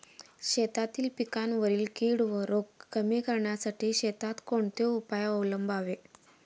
शेतातील पिकांवरील कीड व रोग कमी करण्यासाठी शेतात कोणते उपाय अवलंबावे?